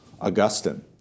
Augustine